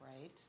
Right